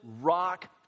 rock